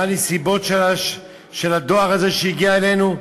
מה הנסיבות של הדואר הזה שהגיע אלינו.